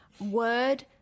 Word